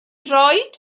droed